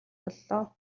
боллоо